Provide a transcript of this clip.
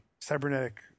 cybernetic